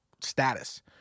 status